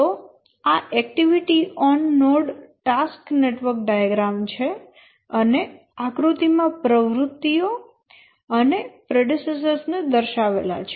તો આ activity on node task network diagram છે અને આકૃતિ માં પ્રવૃત્તિઓ અને પ્રેડેસેસર્સ ને દર્શાવેલા છે